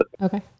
Okay